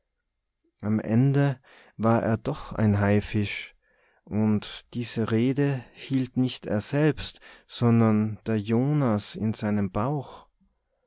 am ende war er doch ein haifisch und diese rede hielt nicht er selbst sondern der jonas in seinem bauch